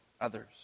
others